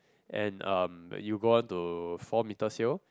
and um you will go on to four metre sail